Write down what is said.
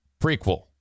prequel